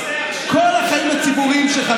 בכל החיים הציבוריים שלך,